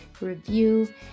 review